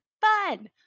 fun